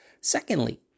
Secondly